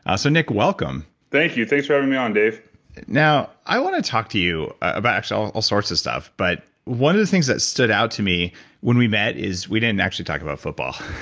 ah so nick, welcome thank you. thanks for having me on dave now, i want to talk to you about actually all all sorts of stuff. but one of the things that stood out to me when we met is we didn't actually talk about football